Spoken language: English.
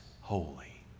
holy